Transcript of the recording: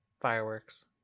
Fireworks